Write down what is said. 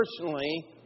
personally